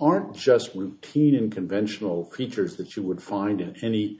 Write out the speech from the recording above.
aren't just routine and conventional creatures that you would find in any